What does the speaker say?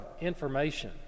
Information